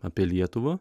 apie lietuvą